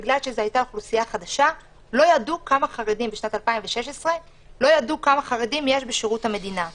זאת הייתה אוכלוסייה חדשה ולא ידעו כמה חרדים יש בשירות המדינה ב-2016.